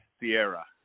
Sierra